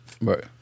Right